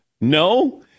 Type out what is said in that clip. No